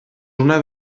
una